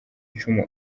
icumu